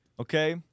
Okay